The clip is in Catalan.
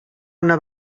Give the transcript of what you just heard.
una